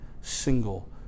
single